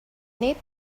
nit